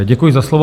Děkuji za slovo.